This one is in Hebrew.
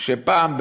שפעם,